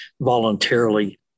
voluntarily